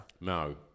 No